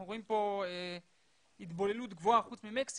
אנחנו רואים פה התבוללות גבוהה, חוץ ממקסיקו,